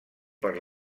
per